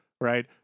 Right